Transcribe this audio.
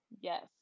Yes